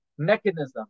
mechanism